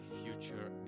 future